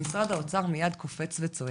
- משרד האוצר מיד קופץ וצועק.